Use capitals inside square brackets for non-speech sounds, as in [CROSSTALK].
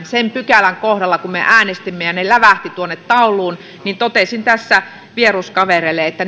sen pykälän kohdalla kun me äänestimme ja ne numerot satakahdeksan viiva seitsemänkymmentäseitsemän lävähtivät tuonne tauluun niin totesin tässä vieruskavereille että [UNINTELLIGIBLE]